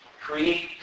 create